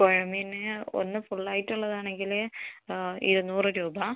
പുഴ മീൻ ഒന്ന് ഫുള്ളായിട്ട് ഉള്ളത് ആണെങ്കിൽ ഇരുന്നൂറ് രൂപ